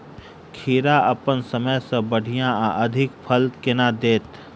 खीरा अप्पन समय सँ बढ़िया आ अधिक फल केना देत?